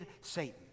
Satan